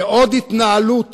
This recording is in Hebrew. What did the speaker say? כי עוד התנהלות